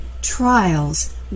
trials